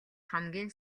хамгийн